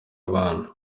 abana